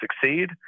succeed